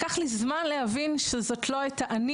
לקח לי זמן להבין שזאת לא הייתה אני